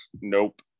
nope